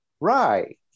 Right